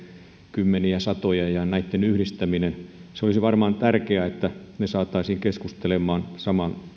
kymmeniä satoja ja näitten yhdistäminen olisi varmaan tärkeää jotta ne saataisiin keskustelemaan